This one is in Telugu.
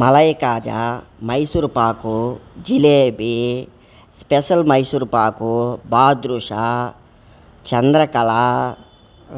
మలైకాజ మైసూరుపాకు జిలేబీ స్పెషల్ మైసూరుపాకు బాదుష చంద్రకళ